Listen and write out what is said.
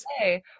say